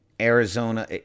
Arizona